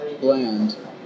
bland